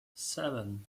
seven